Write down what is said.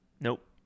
Nope